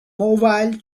mobile